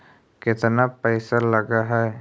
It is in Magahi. केतना पैसा लगय है?